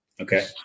Okay